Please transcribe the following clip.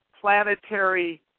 planetary